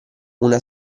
una